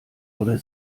oder